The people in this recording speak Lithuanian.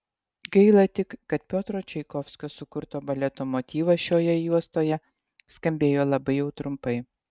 gaila tik kad piotro čaikovskio sukurto baleto motyvas šioje juostoje skambėjo labai jau trumpai